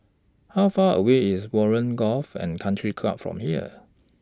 How Far away IS Warren Golf and Country Club from here